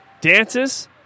dances